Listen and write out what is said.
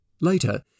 Later